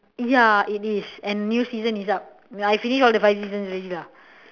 ya it is and new season is up ya and I finish all the five seasons already lah